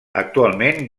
actualment